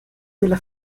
della